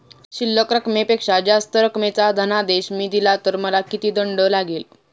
शिल्लक रकमेपेक्षा जास्त रकमेचा धनादेश मी दिला तर मला किती दंड लागेल?